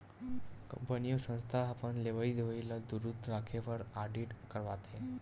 company अउ संस्था ह अपन लेवई देवई ल दुरूस्त राखे बर आडिट करवाथे